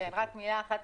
עוד מילה.